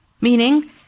Meaning